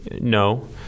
No